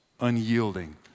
Unyielding